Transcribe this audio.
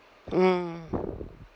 mm